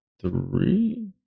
three